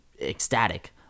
ecstatic